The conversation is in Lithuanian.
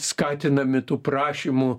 skatinami tų prašymų